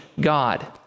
God